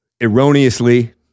erroneously